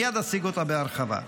מייד אציג אותה בהרחבה.